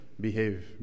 Behave